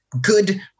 good